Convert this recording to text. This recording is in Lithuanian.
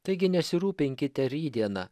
taigi nesirūpinkite rytdiena